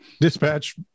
Dispatch